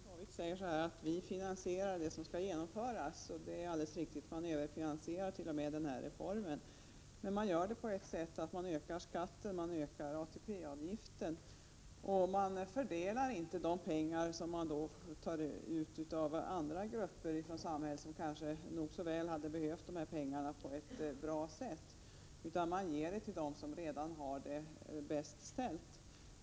Herr talman! Doris Håvik säger att socialdemokraterna finansierar det som skall genomföras, och det är alldeles riktigt. Man överfinansierart.o.m. den här reformen. Man gör det på det sättet att man ökar skatten och ökar ATP-avgiften. Men man fördelar inte det som tas ut av andra grupper i samhället, grupper som kanske nog så väl hade behövt pengarna, på ett bra sätt, utan man ger till dem som har det bäst ställt.